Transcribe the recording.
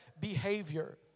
behavior